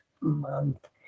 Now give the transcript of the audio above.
month